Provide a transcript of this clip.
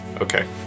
Okay